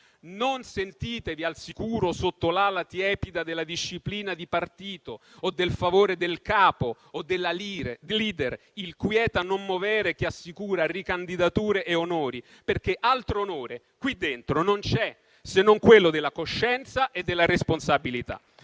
non sentitevi al sicuro sotto l'ala tiepida della disciplina di partito o del favore del capo, della *leader*, il *quieta non movere* che assicura ricandidature e onori, perché altro onore qui dentro non c'è se non quello della coscienza e della responsabilità.